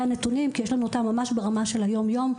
הנתונים כי יש לנו אותם ממש ברמה יום יומית.